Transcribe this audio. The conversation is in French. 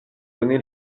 donné